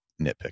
nitpick